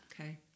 Okay